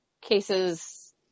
cases